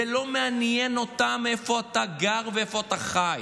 זה לא מעניין אותם איפה אתה גר ואיפה אתה חי.